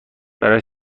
برای